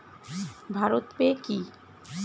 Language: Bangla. ভারত পে কি?